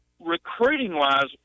recruiting-wise